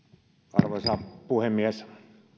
arvoisa puhemies